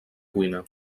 cuina